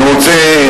אני רוצה